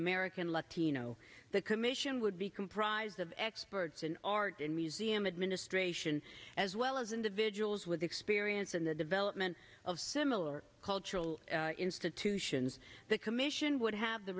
american latino the commission would be comprised of experts in art and museum administration as well as individuals with experience in the development of similar cultural institutions the commission would have the